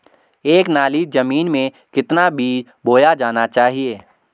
एक नाली जमीन में कितना बीज बोया जाना चाहिए?